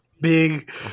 Big